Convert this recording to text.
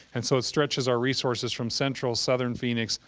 and so it stretches our resources from central, southern phoenix,